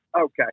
okay